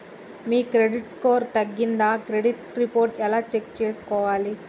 మీ credit score తగ్గిందా credit report ఎలా check చేసుకోవాలి?